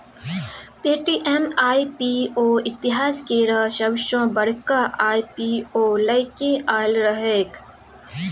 Paytm IPO इतिहास केर सबसॅ बड़का आई.पी.ओ लए केँ आएल रहैक